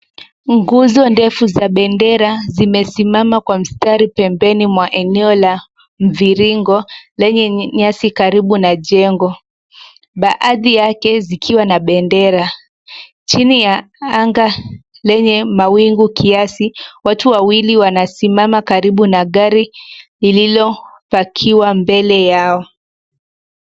Nguzo ndefu za bendera zimesimama kwa mstari pembeni mwa eneo la mviringo lenye nyasi karibu na jengo, baadhi yake zikiwa na bendera. Chini ya anga lenye mawingu kiasi, watu wawili wanasimama karibu na gari lililopakiwa mbele yao.